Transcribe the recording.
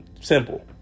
Simple